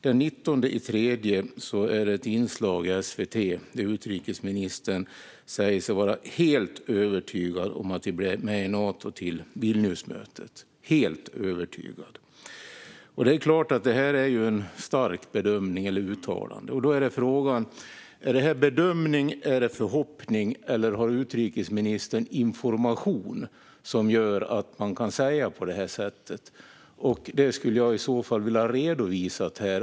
Den 19 mars var det ett inslag i SVT där utrikesministern sa sig vara helt övertygad om att vi blir med i Nato till Vilniusmötet - helt övertygad. Det är en stark bedömning, ett starkt uttalande. Då är frågan: Är det en bedömning, är det en förhoppning eller har utrikesministern information som gör att han kan säga på det här sättet? Den skulle jag i så fall vilja ha redovisad här.